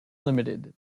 limited